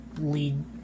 lead